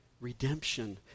Redemption